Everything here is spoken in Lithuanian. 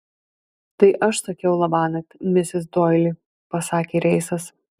tai aš sakiau labanakt misis doili pasakė reisas